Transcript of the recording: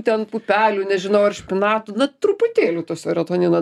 ten pupelių nežinau ar špinatų na truputėlių serotonino